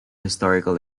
historical